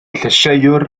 llysieuwr